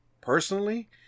personally